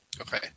Okay